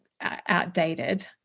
outdated